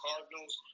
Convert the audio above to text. Cardinals